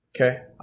Okay